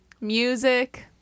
music